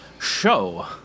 Show